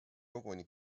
koguni